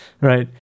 right